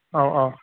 औ औ